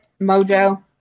Mojo